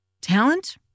Talent